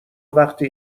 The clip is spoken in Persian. وقتی